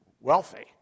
wealthy